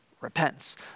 repents